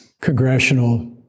congressional